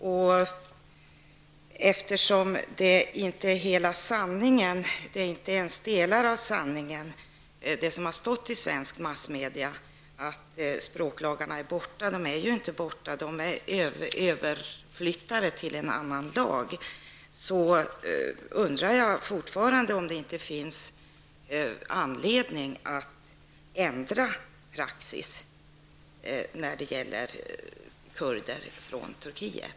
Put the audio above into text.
Men det som har stått i svenska tidningar är inte hela sanningen, inte ens delar av den. Språklagarna är ju inte borta, utan de är överflyttade till en annan lag. Jag undrar därför fortfarande om det inte finns anledning att ändra praxis när det gäller kurder från Turkiet.